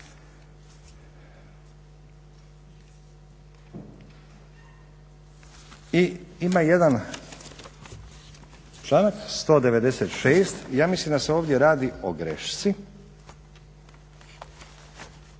I ima jedan članak 196., ja mislim da se ovdje radi o grešci